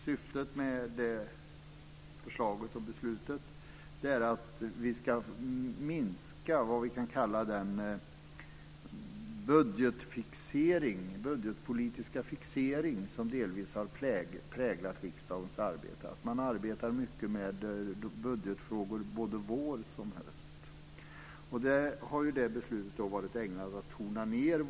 Syftet med förslaget och beslutet är att vi ska minska den budgetpolitiska fixering som delvis har präglat riksdagens arbete. Man arbetar mycket med budgetfrågor både vår och höst, och beslutet har varit ägnat att tona ned detta.